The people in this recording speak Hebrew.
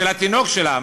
של התינוק שלה,